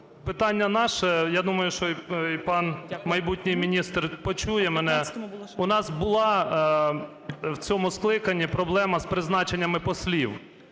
Питання наше, я думаю, що і пан майбутній міністр почує мене. У нас була в цьому скликанні проблема із призначеннями послів,